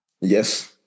Yes